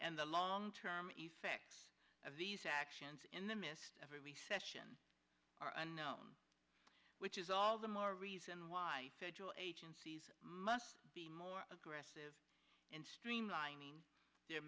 and the long term effects of these actions in the midst of a recession are unknown which is all the more reason why federal agencies must be more aggressive